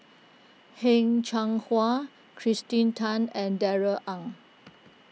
Heng Cheng Hwa Kirsten Tan and Darrell Ang